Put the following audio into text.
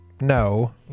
No